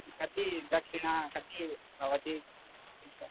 कति दक्षिणा कति भवति